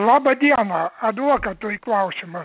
laba diena advokatui klausimas